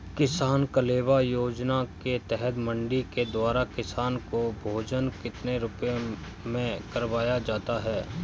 किसान कलेवा योजना के तहत मंडी के द्वारा किसान को भोजन कितने रुपए में करवाया जाता है?